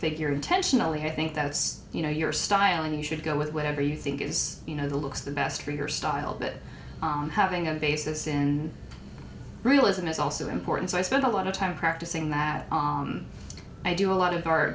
figure intentionally i think that's you know your style and you should go with whatever you think is you know the looks the best for your style that having a basis in realism is also important so i spend a lot of time practicing that i do a lot of our